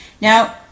Now